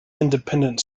independent